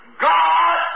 God